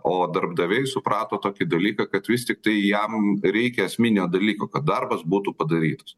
o darbdaviai suprato tokį dalyką kad vis tiktai jam reikia esminio dalyko kad darbas būtų padarytas